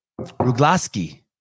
Ruglaski